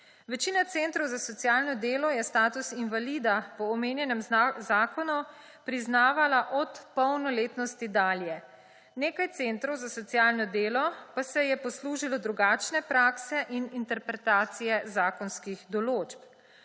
Večina centrov za socialno delo je status invalida po omenjenem zakonu priznavala od polnoletnosti dalje, nekaj centrov za socialno delo pa se je poslužilo drugačne prakse in interpretacije zakonskih določb.